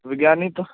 ਵਿਗਿਆਨਿਕ